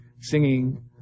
singing